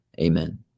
amen